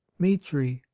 mitri,